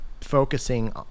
focusing